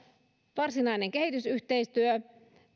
varsinaisesta kehitysyhteistyöstä